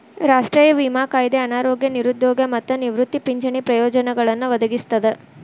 ರಾಷ್ಟ್ರೇಯ ವಿಮಾ ಕಾಯ್ದೆ ಅನಾರೋಗ್ಯ ನಿರುದ್ಯೋಗ ಮತ್ತ ನಿವೃತ್ತಿ ಪಿಂಚಣಿ ಪ್ರಯೋಜನಗಳನ್ನ ಒದಗಿಸ್ತದ